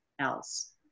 else